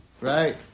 right